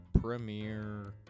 premiere